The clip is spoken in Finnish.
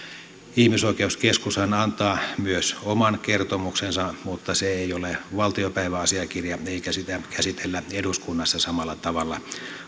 ihmisoikeuskeskushan antaa myös oman kertomuksensa mutta se ei ole valtiopäiväasiakirja eikä sitä käsitellä eduskunnassa samalla tavalla